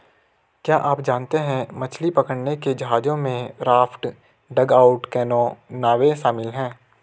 क्या आप जानते है मछली पकड़ने के जहाजों में राफ्ट, डगआउट कैनो, नावें शामिल है?